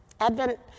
Advent